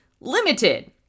limited